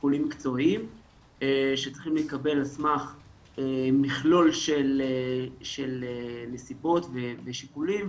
שיקולים מקצועיים שצריכים להתקבל על סמך מכלול של נסיבות ושיקולים,